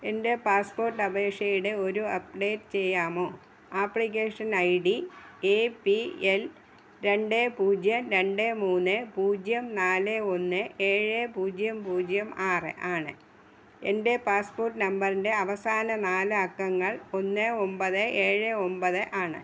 എന്റെ പാസ്പോർട്ട് അപേക്ഷയുടെ ഒരു അപ്ഡേറ്റ് ചെയ്യാമോ application I D A P L രണ്ട് പൂജ്യം രണ്ട് മൂന്ന് പൂജ്യം നാല് ഒന്ന് ഏഴ് പൂജ്യം പൂജ്യം ആറ് ആണ് എന്റെ പാസ്പോർട്ട് നമ്പറിന്റെ അവസാന നാല് അക്കങ്ങൾ ഒന്ന് ഒമ്പത് ഏഴ് ഒമ്പത് ആണ്